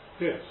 Yes